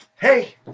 Hey